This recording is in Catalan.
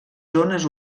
zones